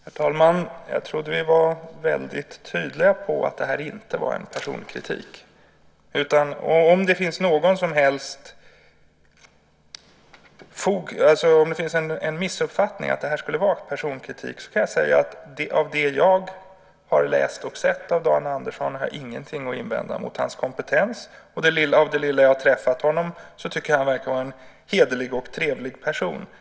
Herr talman! Jag trodde att vi var väldigt tydliga med att det här inte var personkritik. Om det finns en missuppfattning att det här skulle vara personkritik kan jag säga att utifrån det jag har läst och sett av Dan Andersson har jag ingenting att invända mot hans kompetens, och utifrån de få gånger jag har träffat honom tycker jag att han verkar vara en hederlig och trevlig person.